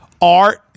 art